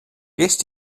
gest